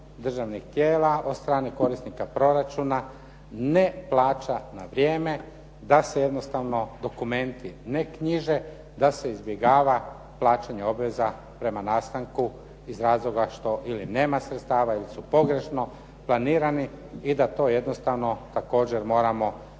državnih tijela, od strane korisnika proračuna ne plaća na vrijeme, da se jednostavno dokumenti ne knjiže, da se izbjegava plaćanje obveza prema nastanku iz razloga što ili nema sredstava ili su pogrešno planirani i da to jednostavno također moramo